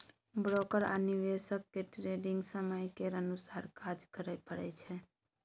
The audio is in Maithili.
ब्रोकर आ निवेशक केँ ट्रेडिग समय केर अनुसार काज करय परय छै